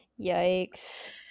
Yikes